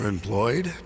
employed